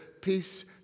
peace